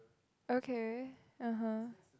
okay (uh huh)